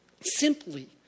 simply